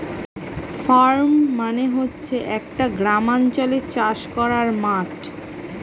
farm মানে হচ্ছে একটা গ্রামাঞ্চলে চাষ করার মাঠ